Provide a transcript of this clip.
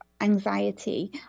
anxiety